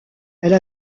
elle